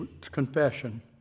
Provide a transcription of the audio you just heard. confession